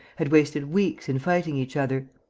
had wasted weeks in fighting each other.